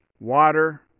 water